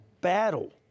battle